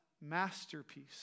masterpiece